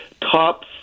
top